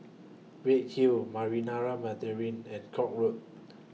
Redhill Marinara Mandarin and Koek Road